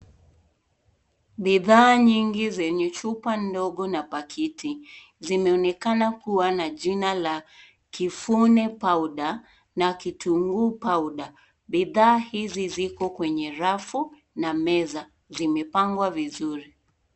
Bidhaa nyingi zenye chupa ndogo na pakiti zimeonekana kuwa na jina la kivune powder na kitunguu powder. Bidhaa hizi ziko kwenye rafu na meza, zimepangwa vizuri.